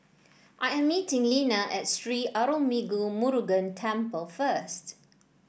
I am meeting Lina at Sri Arulmigu Murugan Temple first